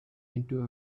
into